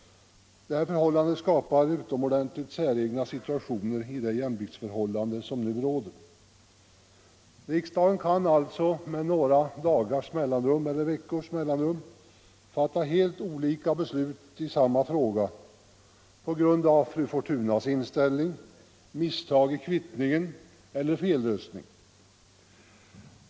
Detta förhållande skapar utomordentligt säregna situationer i det jämviktsförhållande som nu råder. Riksdagen kan alltså med några dagars eller veckors mellanrum fatta helt olika beslut i samma fråga på grund av fru Fortunas inställning, misstag i kvittningen eller felröstning.